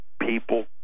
people